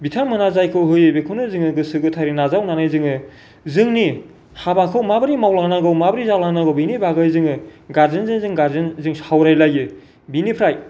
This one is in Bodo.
बिथांमोना जायखौ होयो बेखौनो जोङो गोसो गोथारै नाजावनानै जोङो जोंनि हाबाखौ माबोरै मावलांनांगौ माबोरै जालांनांगौ बेनि बागै जोङो गार्जेनजों जों गार्जेन जों सावरायलायो बेनिफ्राय